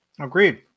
agreed